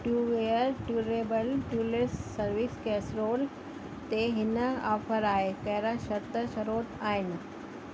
two वेयर durable ट्यूलिस service कैसरोल ते हिन ऑफर आहे कहिड़ा शर्त शरोत आहिनि